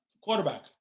Quarterback